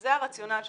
זה הרציונל שלנו.